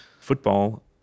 football